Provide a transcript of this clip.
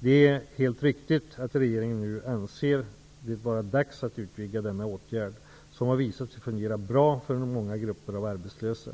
Det är helt riktigt att regeringen nu anser det vara dags att utvidga denna åtgärd, som har visat sig fungera bra för många grupper av arbetslösa.